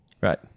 right